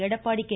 Edappadi K